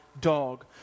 dog